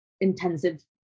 intensive